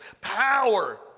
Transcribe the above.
power